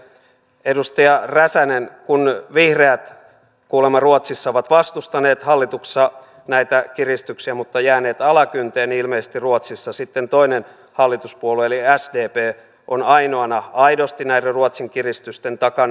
edustaja räsänen kun vihreät kuulemma ruotsissa ovat vastustaneet hallituksessa näitä kiristyksiä mutta jääneet alakynteen niin ilmeisesti ruotsissa sitten toinen hallituspuolue eli sdp on ainoana aidosti näiden ruotsin kiristyksen takana